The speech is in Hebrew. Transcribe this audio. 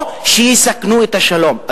או שיסכנו את השלום,